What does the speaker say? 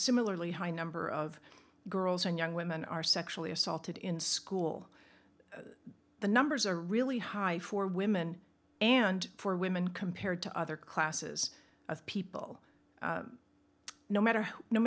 similarly high number of girls and young women are sexually assaulted in school the numbers are really high for women and for women compared to other classes of people no matter